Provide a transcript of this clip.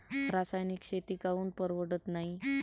रासायनिक शेती काऊन परवडत नाई?